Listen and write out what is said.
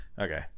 Okay